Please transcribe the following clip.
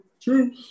true